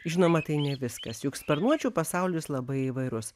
žinoma tai ne viskas juk sparnuočių pasaulis labai įvairus